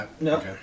No